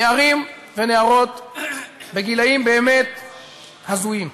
נערים ונערות בגילים באמת הזויים.